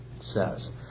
says